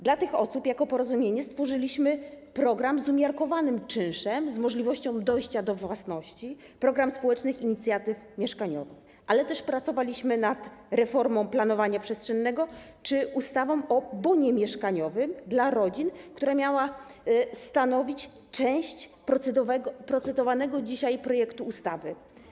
Dla tych osób jako Porozumienie stworzyliśmy program z umiarkowanym czynszem, z możliwością dojścia do własności, program Społecznych Inicjatyw Mieszkaniowych, ale też pracowaliśmy nad reformą planowania przestrzennego czy ustawą o bonie mieszkaniowym dla rodzin, która miała stanowić część procedowanego dzisiaj projektu ustawy.